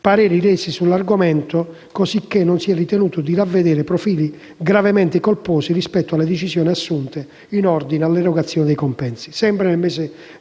pareri resi sull'argomento, così che non si è ritenuto di ravvedere profili gravemente colposi rispetto alle decisioni assunte in ordine all'erogazione dei compensi». Sempre nel mese